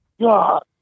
God